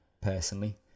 personally